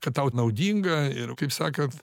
kad tau naudinga ir kaip sakant